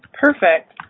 Perfect